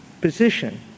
position